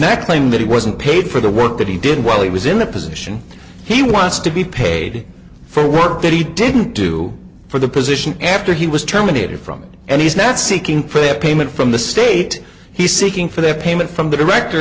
next claimed that he wasn't paid for the work that he did while he was in the position he wants to be paid for work that he didn't do for the position after he was terminated from it and he's not seeking for the payment from the state he's seeking for the payment from the director